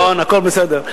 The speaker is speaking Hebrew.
נכון, הכול בסדר.